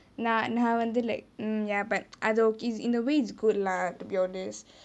நா நா வந்து:naa naa vanthu like mm ya but I know in a way is good lah to be honest